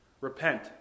Repent